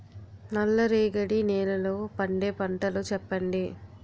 నల్ల రేగడి నెలలో పండే పంటలు చెప్పండి?